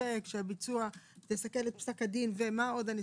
או לא ישוב וכו'